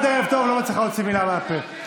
"ערב טוב" לא מצליחה להוציא מילה מהפה,